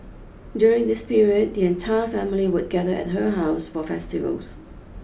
during this period the entire family would gather at her house for festivals